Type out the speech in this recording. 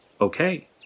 Okay